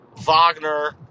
Wagner